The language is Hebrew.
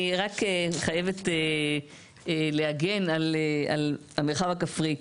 אני רק חייבת להגן על המרחב הכפרי.